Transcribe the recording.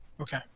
Okay